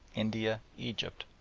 india, egypt,